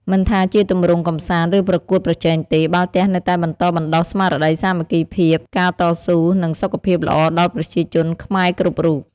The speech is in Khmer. មិនថាជាទម្រង់កម្សាន្ត ឬប្រកួតប្រជែងទេ បាល់ទះនៅតែបន្តបណ្ដុះស្មារតីសាមគ្គីភាព ការតស៊ូ និងសុខភាពល្អដល់ប្រជាជនខ្មែរគ្រប់រូប។